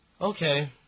Okay